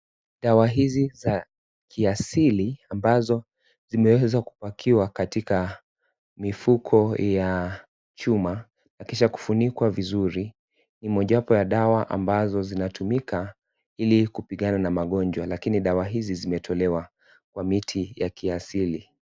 Dawa hizi za kiasili ambazo zimeweza kupakiwa katika mifuko ya chuma na kisha kufunikwa vizuri ni moja wapo ya dawa ambazo zinatumika kupigana na magonjwa lakini dawa hizi zimetolewa kwa miti za kiasili.